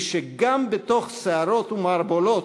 הרי היא שגם בתוך סערות ומערבולות,